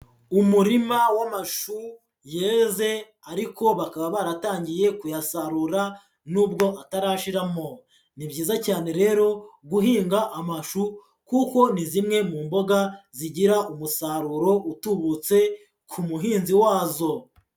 Umurima w'amashu yeze ariko bakaba baratangiye kuyasarura nubwo atarashiramo. Ni byiza cyane rero guhinga amashu kuko ni zimwe mu mboga zigira umusaruro utubutse, ku muhinzi wazo.